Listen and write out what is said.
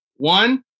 One